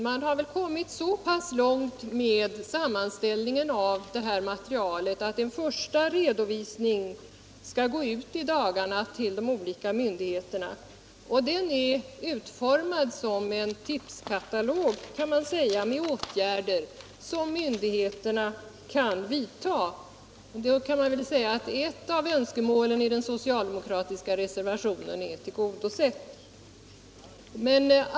Man har kommit så pass långt med sammanställningen av materialet att en första redovisning skall gå ut i dagarna till de olika myndigheterna. Den är utformad som en tipskatalog med åtgärder som myndigheterna kan vidta. Därmed kan man väl säga att ett av önskemålen i den socialdemokratiska reservationen är tillgodosett.